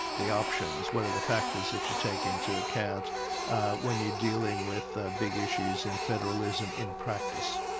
the options, what are the factors that you take into account when you're dealing with ah big issues in federalism in practice.